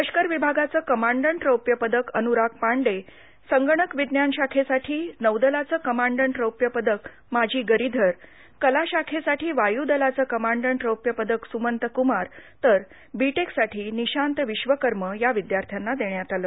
लष्कर विभागाचं कमांडंट रौप्य पदक अनुराग पांडे संगणक विज्ञान शाखेसाठी नौदलाचं कमांडंट रौप्य पदक माजी गरिधर् कला शाखेसाठी वायु दलाचं कमांडंट रौप्य पदक सुमंत कुमार तर् बी टेक साठी निशांत विश्वकर्म या विद्यार्थांना देण्यात आलं